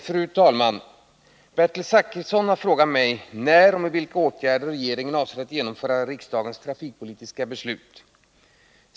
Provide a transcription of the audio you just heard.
Fru talman! Bertil Zachrisson har frågat mig när och med vilka åtgärder regeringen avser att genomföra riksdagens trafikpolitiska beslut.